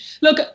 look